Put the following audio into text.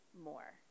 more